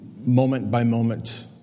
moment-by-moment